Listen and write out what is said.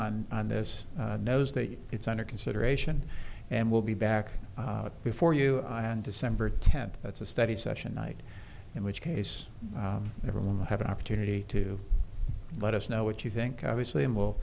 on this knows that it's under consideration and will be back before you on december tenth that's a study session night in which case everyone will have an opportunity to let us know what you think obviously and w